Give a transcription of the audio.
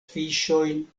fiŝojn